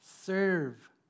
serve